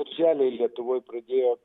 birželį lietuvoj pradėjo